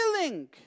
feeling